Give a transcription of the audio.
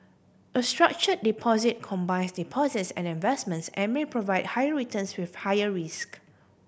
a structure deposit combines deposits and investments and may provide higher returns with higher risk